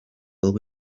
will